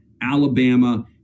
Alabama